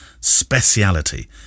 speciality